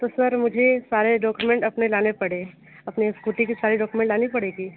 तो सर मुझे सारे डॉक्यूमेंट अपने लाने पड़े अपने स्कूटी की सारी डॉक्यूमेंट लानी पड़ेगी